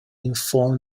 informed